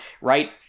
right